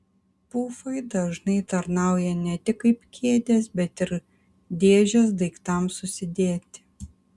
pufai dažnai tarnauja ne tik kaip kėdės bet ir dėžės daiktams susidėti